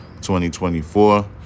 2024